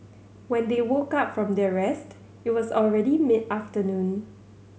when they woke up from their rest it was already mid afternoon